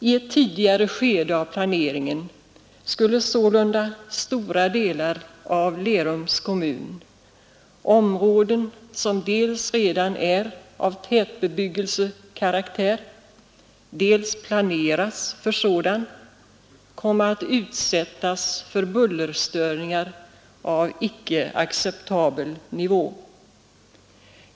I ett tidigare skede av planeringen skulle sålunda stora delar av Lerums kommun, områden som dels redan är av tätbebyggelsekaraktär, dels planeras för sådan, komma att utsättas för bullerstörningar av icke acceptabel nivå.